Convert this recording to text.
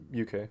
UK